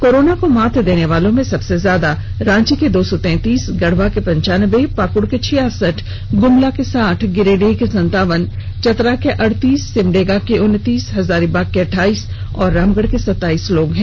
corona को मात देने वालों में सबसे ज्यादा रांची के दो सौ तैंतीस गढ़वा के पंच्यान्बे पाक्ड़ के छियासठ गुमला के साठ गिरिडीह के संतावन चतरा के अड़तीस सिमडेगा के उनतीस हजारीबाग के अठाइस और रामगढ़ क सताइस लोग शामिल हैं